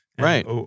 Right